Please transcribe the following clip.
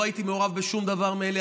לא הייתי מעורב בשום דבר מאלה.